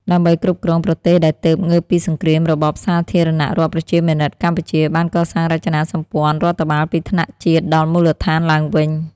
ដើម្បីគ្រប់គ្រងប្រទេសដែលទើបងើបពីសង្គ្រាម របបសាធារណរដ្ឋប្រជាមានិតកម្ពុជា បានកសាងរចនាសម្ព័ន្ធរដ្ឋបាលពីថ្នាក់ជាតិដល់មូលដ្ឋានឡើងវិញ។